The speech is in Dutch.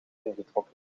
ingetrokken